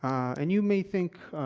and you may think,